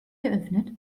geöffnet